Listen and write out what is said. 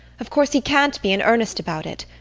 of course he can't be in earnest about it.